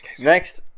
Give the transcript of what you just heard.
Next